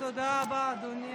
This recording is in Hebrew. תודה רבה, אדוני